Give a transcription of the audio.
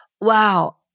wow